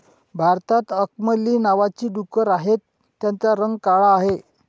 भारतात अंकमली नावाची डुकरं आहेत, त्यांचा रंग काळा आहे